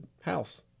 house